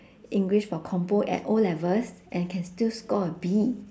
english for compo at O-levels and can still score a B